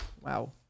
Wow